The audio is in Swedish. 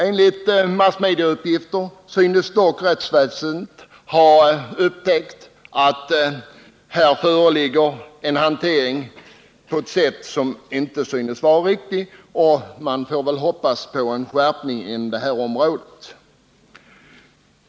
Enligt massmediauppgifter synes dock rättsväsendet ha upptäckt att dessa frågor hanteras på ett sätt som inte synes vara riktigt, och man får väl hoppas på en skärpning inom detta område.